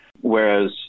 Whereas